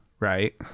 Right